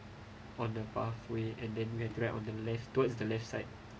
on the pathway and then we have to ride on the left towards the left side